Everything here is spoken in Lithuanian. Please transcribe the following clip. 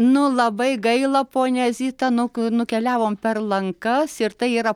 nu labai gaila ponia zita nuk nukeliavom per lankas ir tai yra